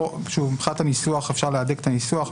פה, מבחינת הניסוח, אפשר להדק את הניסוח.